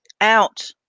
out